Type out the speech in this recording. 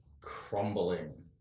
crumbling